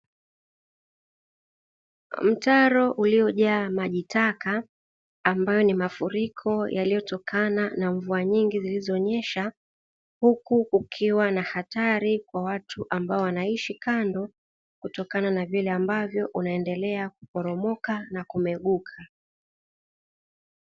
Mtaro uliojaa majitaka, ambayo ni mafuriko yaliyotokana na mvua nyingi zilizonyesha, huku kukiwa na hatari kwa watu ambao wanaishi kando, kutokana na vile kunavyoendelea kuporomoka na kumeguka.